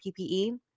PPE